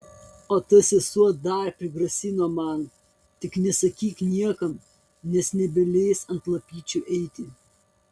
o ta sesuo dar prigrasino man tik nesakyk niekam nes nebeleis ant lapyčių eiti